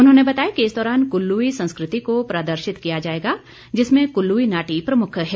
उन्होंने बताया कि इस दौरान कुल्लूवी संस्कृति को प्रदर्शित किया जाएगा जिसमें कुल्लूवी नाटी प्रमुख है